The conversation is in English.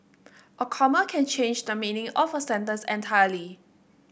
a comma can change the meaning of a sentence entirely